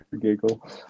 giggle